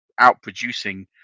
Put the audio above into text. outproducing